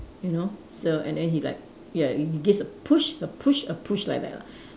you know so and then he like ya he gets a push a push a push like that lah